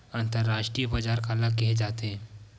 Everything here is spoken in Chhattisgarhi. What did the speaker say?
अंतरराष्ट्रीय बजार काला कहे जाथे?